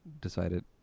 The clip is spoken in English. decided